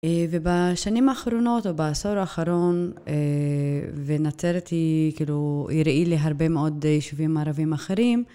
ובשנים האחרונות או בעשור האחרון ונצרתי כאילו הראי לי הרבה מאוד יישובים ערבים אחרים